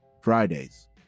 Fridays